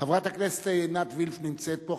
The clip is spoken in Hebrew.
חברת הכנסת עינת וילף נמצאת פה,